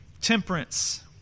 temperance